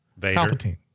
Palpatine